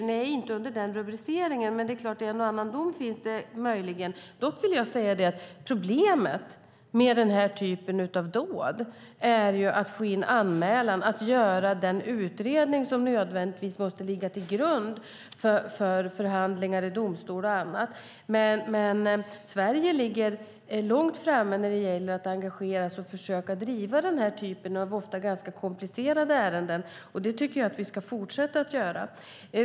Nej, inte under den rubriceringen, men en och annan dom finns det möjligen. Dock vill jag säga att problemet med den här typen av dåd är att få in anmälan, att göra den utredning som nödvändigtvis måste ligga till grund för förhandlingar i domstol och annat. Men Sverige ligger långt framme när det gäller att engagera sig och försöka driva den här typen av ofta ganska komplicerade ärenden, och det tycker jag att vi ska fortsätta att göra.